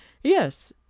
yes,